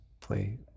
play